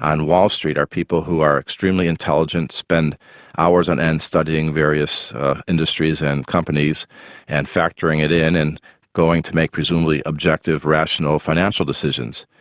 on wall street are people who are extremely intelligent, spend hours on end studying various industries and companies and factoring it in and going on to make presumably objective rational financial decisions.